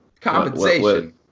compensation